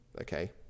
okay